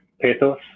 pathos